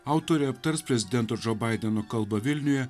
autorė aptars prezidento džo baideno kalbą vilniuje